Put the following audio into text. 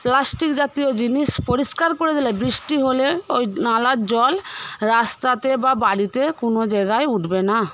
plastic জাতীয় জিনিস পরিষ্কার করে দিলে বৃষ্টি হলে ওই নালার জল রাস্তাতে বা বাড়িতে কোনো জায়গায় উঠবে না